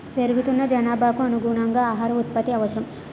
పెరుగుతున్న జనాభాకు అనుగుణంగా ఆహార ఉత్పత్తి అవసరం